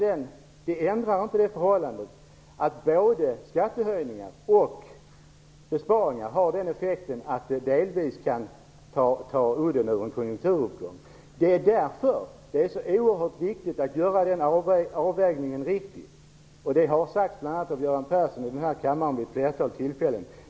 Det ändrar inte det förhållandet att både skattehöjningar och besparingar har den effekten att de delvis kan ta udden ur en konjunkturuppgång. Det är därför det är så oerhört viktigt att göra denna avvägning rätt. Det har sagts av bl.a. Göran Persson i den här kammaren vid ett flertal tillfällen.